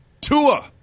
Tua